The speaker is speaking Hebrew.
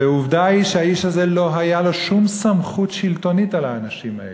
ועובדה היא שהאיש הזה לא הייתה לו שום סמכות שלטונית על האנשים האלה.